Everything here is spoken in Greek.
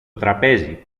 τραπέζι